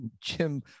Jim